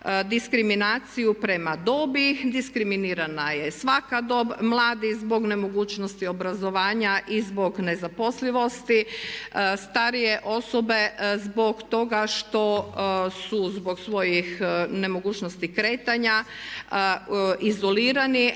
diskriminaciju prema dobi. Diskriminirana je svaka dob, mladi zbog nemogućnosti obrazovanja i zbog nezaposlivosti, starije osobe zbog toga što su zbog svojih nemogućnosti kretanja izolirani,